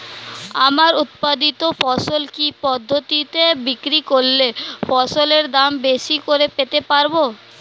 আমার উৎপাদিত ফসল কি পদ্ধতিতে বিক্রি করলে ফসলের দাম বেশি করে পেতে পারবো?